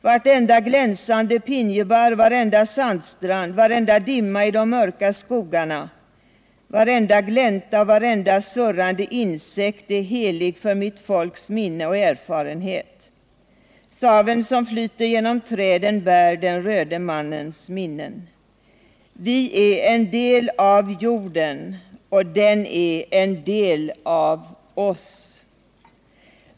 Vartenda glänsande pinjebarr, varenda sandstrand, varenda dimma i de mörka skogarna, varenda glänta och varenda surrande insekt är helig för mitt folks minne och erfarenhet. Saven som flyter genom träden bär den röde mannens minnen —---. Vi är en del av jorden och den är en del av oss.